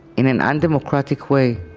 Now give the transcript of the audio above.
in an undemocratic way